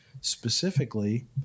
specifically